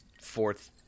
fourth